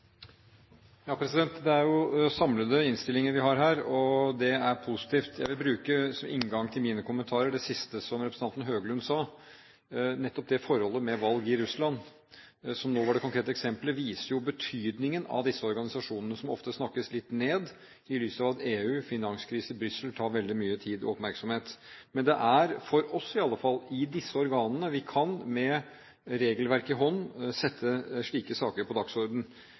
positivt. Jeg vil bruke som inngang til mine kommentarer det siste som representanten Høglund sa. Nettopp det forholdet med valg i Russland, som var det konkrete eksemplet, viser jo betydningen av disse organisasjonene, som ofte snakkes litt ned i lys av at EU, finanskrisen, Brussel, tar veldig mye tid og oppmerksomhet. Men det er, for oss i alle fall, i disse organene vi med regelverk i hånd kan sette slike saker på